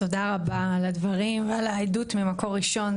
תודה על הדברים ועל העדות ממקור ראשון,